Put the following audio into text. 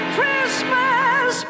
Christmas